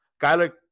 Kyler